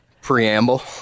Preamble